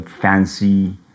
fancy